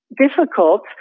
difficult